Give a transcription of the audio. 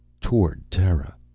toward terra!